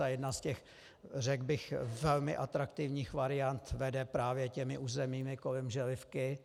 A jedna z těch, řekl bych, velmi atraktivních variant vede právě těmi územími kolem Želivky.